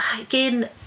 again